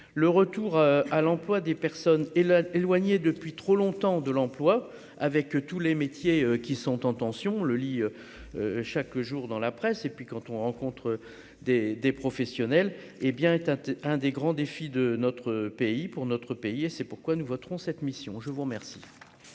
le retour à l'emploi des personnes et la éloigné depuis trop longtemps de l'emploi, avec tous les métiers qui sont en tension, le lit chaque jour dans la presse et puis quand on rencontre des des professionnels, hé bien éteinte, un des grands défis de notre pays pour notre pays et c'est pourquoi nous voterons cette mission je vous remercie.